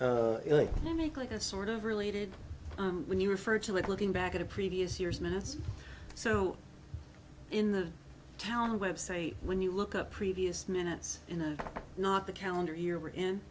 to make like a sort of related when you refer to it looking back at a previous year's minutes so in the town website when you look up previous minutes in a not the calendar year